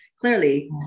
Clearly